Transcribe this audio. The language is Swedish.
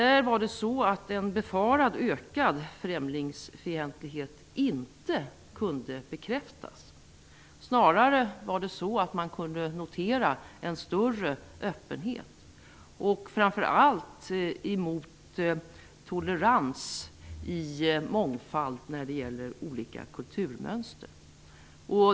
En befarad ökad främlingsfientlighet kunde inte bekräftas där. Det var snarare så att man kunde notera en större öppenhet och framför allt en större tolerans mot mångfald när det gäller olika kulturmönster.